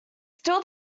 still